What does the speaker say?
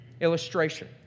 illustration